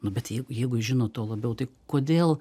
nu bet jei jeigu žinot tuo labiau tai kodėl